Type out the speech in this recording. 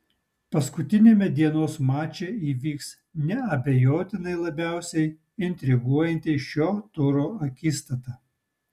paskutiniame dienos mače įvyks neabejotinai labiausiai intriguojanti šio turo akistata